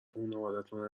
خونوادتون